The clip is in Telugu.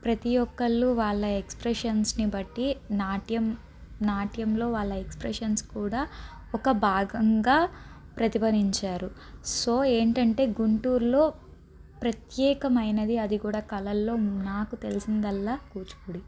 ప్రతీ ఒక్కరూ వాళ్ళ ఎక్స్ప్రెషన్స్ని బట్టి నాట్యం నాట్యంలో వాళ్ళ ఎక్స్ప్రెషన్స్ కూడా ఒక భాగంగా ప్రతిధ్వనించారు సో ఏంటంటే గుంటూరులో ప్రత్యేకమైనది అది కూడా కళల్లో నాకు తెలిసిందల్లా కూచిపూడి